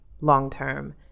long-term